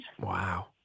Wow